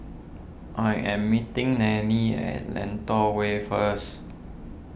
I am meeting Nelly at Lentor Way first